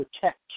protect